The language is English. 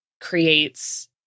creates